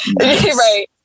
right